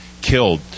killed